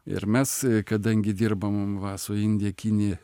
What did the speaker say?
ir mes kadangi dirbom va su indija kinija